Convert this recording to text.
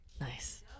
Nice